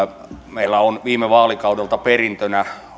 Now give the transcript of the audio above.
meillä on viime vaalikaudelta perintönä